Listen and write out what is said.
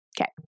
okay